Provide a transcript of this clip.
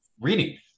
reading